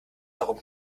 darum